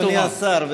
אדוני השר,